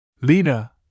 Lena